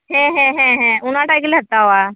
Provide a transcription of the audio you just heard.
ᱦᱮᱸ ᱦᱮᱸ ᱦᱮᱸ ᱦᱮᱸ ᱚᱱᱟᱴᱟᱜ ᱜᱮᱞᱮ ᱦᱟᱛᱟᱣᱟ